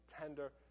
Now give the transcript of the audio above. tender